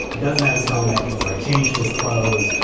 he doesn't have his helmet. he's like changed his clothes.